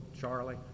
Charlie